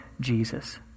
Jesus